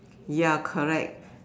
ya correct